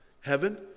Heaven